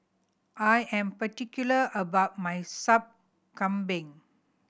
I am particular about my Sup Kambing